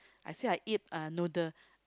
I said I eat uh noodle